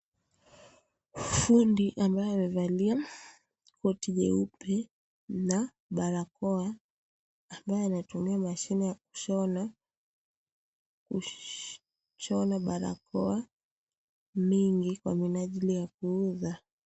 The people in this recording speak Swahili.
Fundi ambaye amevalia koti nyeupe, na barakoa ambaye anatumia mashine ya kushona barakoa, mingi kwa minajili ya kuuza.